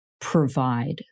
provide